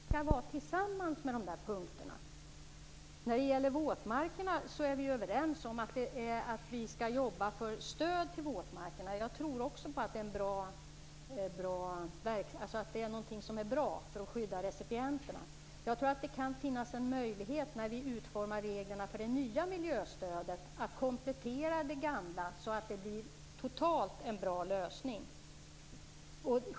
Fru talman! Jag skulle vilja börja med frågan om Östersjön. Det finns fyra områden som vi vill prioritera i dag. Jag nämnde dem tidigare: jordbrukspolitiken, försurningen, kemikaliepolitiken och ekonomiska styrmedel. Jag tycker att alla de punkterna är lika viktiga i arbetet med en miljöpolitik för att rädda Östersjön. Därför vore det olyckligt att skära på en annan ledd och säga att Östersjön skall prioriteras vid sidan av dessa områden. Östersjön skall prioriteras tillsammans med de andra områdena. Vi är överens om att vi skall jobba för stöd till våtmarkerna. Jag tror också att det är bra för att skydda recipienterna. När vi utformar reglerna för det nya miljöstödet kan det finnas en möjlighet att komplettera det gamla, så att vi får en bra lösning totalt.